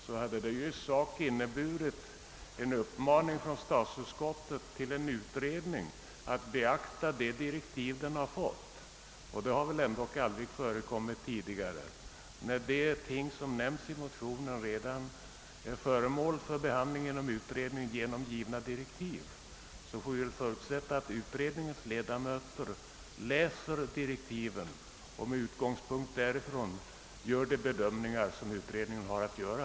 Det hade i sak inneburit en uppmaning från statsutskottet till en utredning att beakta de direktiv den redan fått. Det har väl aldrig förekommit tidigare. När de frågor som tas upp i en motion redan är föremål för utredning genom givna direktiv får vi väl förutsätta att utredningens ledamöter läser direktiven och med utgångspunkt i detta gör de bedömningar de har att göra.